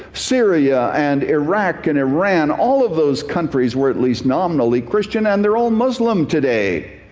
syria, and iraq, and iran, all of those countries were at least nominally christian, and they're all muslim today.